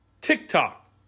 TikTok